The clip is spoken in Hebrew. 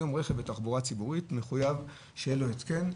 היום רכב בתחבורה ציבורית מחויב שיהיה לו התקן.